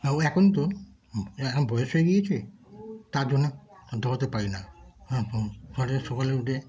ও এখন তো এখন বয়স হয়ে গিয়েছে তার জন্যে আর দৌড়াতে পারি না এখন সকালে উঠে